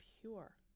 pure